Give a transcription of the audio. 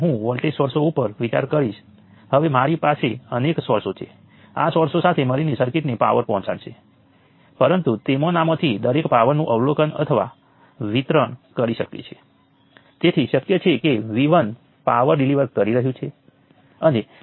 હવે આ આ સર્કિટની કોઈ વિશેષ પ્રોપર્ટી નથી પરંતુ તમામ સર્કિટ માટે સાચું છે હું ઝડપથી બતાવીશ કે આવું શા માટે છે